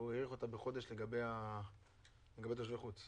שהוא האריך אותה בחודש, לגבי תושבי חוץ.